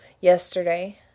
yesterday